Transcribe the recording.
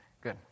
Good